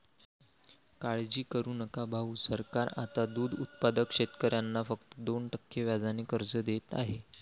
काळजी करू नका भाऊ, सरकार आता दूध उत्पादक शेतकऱ्यांना फक्त दोन टक्के व्याजाने कर्ज देत आहे